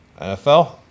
NFL